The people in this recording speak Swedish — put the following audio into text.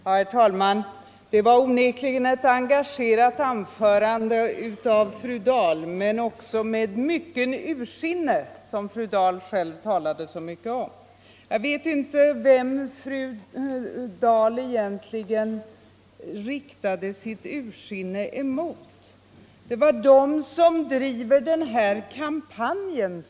Herr talman! Det var ett engagerat anförande fru Dahl höll, och hon framförde det med just det ursinne, som hon själv talade så mycket om. Jag vet inte vem fru Dahl egentligen riktade sitt ursinne mot. Hon talade om dem som driver den här ”kampanjen”.